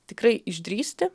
tikrai išdrįsti